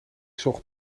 zocht